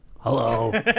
Hello